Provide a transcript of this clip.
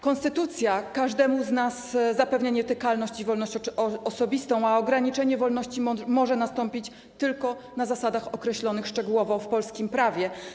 Konstytucja każdemu z nas zapewnia nietykalność i wolność osobistą, a ograniczenie wolności może nastąpić tylko na zasadach określonych szczegółowo w polskim prawie.